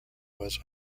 was